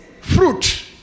fruit